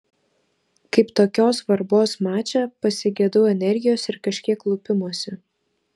kaip tokios svarbos mače pasigedau energijos ir kažkiek lupimosi